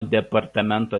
departamento